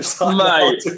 Mate